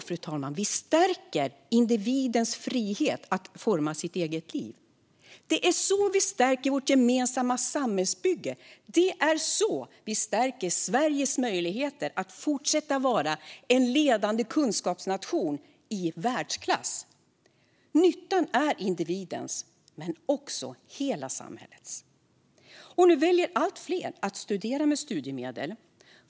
Det är så vi stärker individens frihet att forma sitt eget liv. Det är så vi stärker vårt gemensamma samhällsbygge. Det är så vi stärker Sveriges möjligheter att fortsätta vara en ledande kunskapsnation i världsklass. Nyttan är individens men också hela samhällets. Nu väljer allt fler att studera med studiemedel.